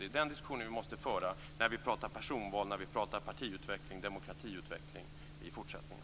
Det är den diskussionen vi måste föra när vi pratar personval, när vi pratar partiutveckling och demokratiutveckling i fortsättningen.